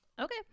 Okay